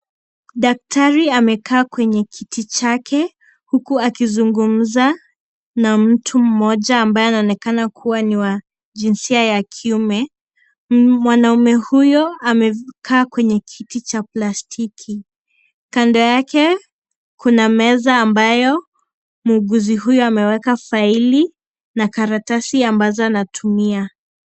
Daktari amekaa kwenye kiti chake huku akizungumza na mtu mmoja ambaye anaonekana kuwa wa jinsia ya kiume, mwanaume huyo amekaa kwenye kiti cha plastiki kando yake kuna meza ambayo muuguzi huyu ameweka faili na karatasi ambazo anatumia.